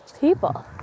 people